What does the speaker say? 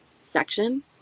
section